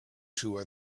two